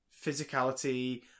physicality